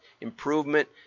improvement